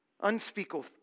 Unspeakable